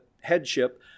headship